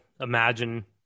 imagine